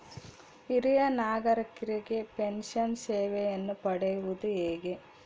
ಹಿರಿಯ ನಾಗರಿಕರಿಗೆ ಪೆನ್ಷನ್ ಸೇವೆಯನ್ನು ಪಡೆಯುವುದು ಹೇಗೆ?